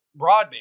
broadband